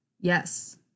Yes